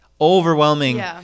overwhelming